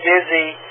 busy